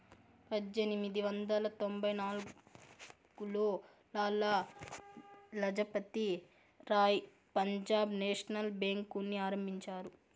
పజ్జేనిమిది వందల తొంభై నాల్గులో లాల లజపతి రాయ్ పంజాబ్ నేషనల్ బేంకుని ఆరంభించారు